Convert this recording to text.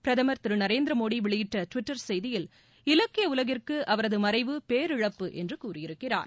பிரதமர் திரு நரேந்திர மோடி வெளியிட்ட டுவிட்டர் செய்தியில் இலக்கிய உலகிற்கு அவரது மறைவு பேரிழப்பு என்று கூறியிருக்கிறார்